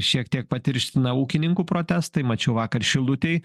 šiek tiek patirština ūkininkų protestai mačiau vakar šilutėj